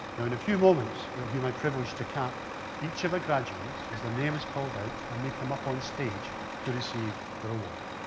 now, in a few moments it will be my privilege to cap each of our graduands as the name is called out and they come up on stage to receive their award.